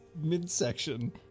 midsection